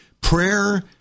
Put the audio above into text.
Prayer